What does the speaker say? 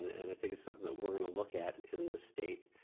and i think it's something that we're going to look at in the state